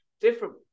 different